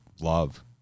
Love